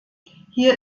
hier